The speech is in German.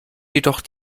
jedoch